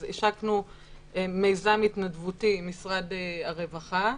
אז השקנו מיזם התנדבותי עם משרד הרווחה.